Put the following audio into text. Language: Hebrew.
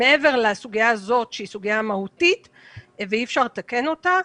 מעבר לסוגיה הזאת שהיא סוגיה מהותית ואי-אפשר לתקן אותה,